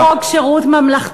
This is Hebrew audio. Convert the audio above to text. הוא צריך להיות חוק שירות ממלכתי,